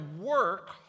work